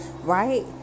right